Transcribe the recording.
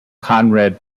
conrad